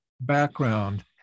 background